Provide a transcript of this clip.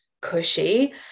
cushy